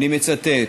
אני מצטט: